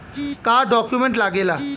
का डॉक्यूमेंट लागेला?